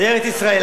לארץ-ישראל.